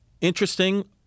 interesting